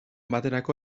baterako